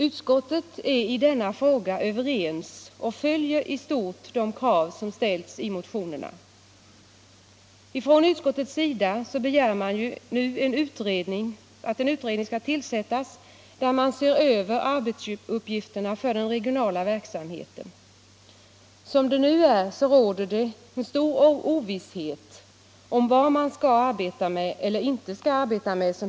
Utskottet är i denna fråga överens om att i stort tillgodose de krav som ställts i motionerna. Från utskottets sida begär man sålunda att en utredning tillsätts för att se över arbetsuppgifterna för den regionala konsumentpolitiska verksamheten. Som det är nu råder stor ovisshet om vad man som hemkonsulent i dag skall arbeta med eller inte skall arbeta med.